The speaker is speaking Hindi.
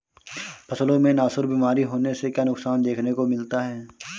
फसलों में नासूर बीमारी होने से क्या नुकसान देखने को मिलता है?